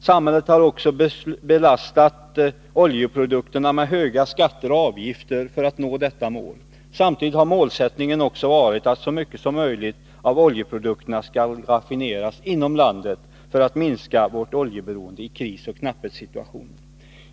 Samhället har också belastat oljeprodukter med höga skatter och avgifter för att nå detta mål. Samtidigt har målsättningen också varit att så mycket som möjligt av oljeprodukterna skall raffineras inom stödja svenska oljeraffinaderier landet för att minska vårt oljeberoende i krisoch knapphetssituationer.